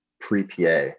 pre-PA